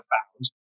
found